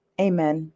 Amen